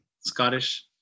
Scottish